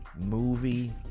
Movie